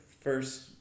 first